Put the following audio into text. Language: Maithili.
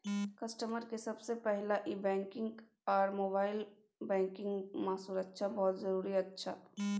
कस्टमर के सबसे पहला ई बैंकिंग आर मोबाइल बैंकिंग मां सुरक्षा बहुत जरूरी अच्छा